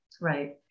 Right